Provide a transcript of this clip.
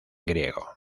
griego